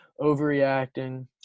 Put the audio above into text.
overreacting